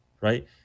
Right